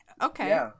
Okay